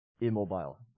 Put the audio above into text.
immobile